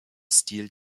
stil